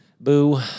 boo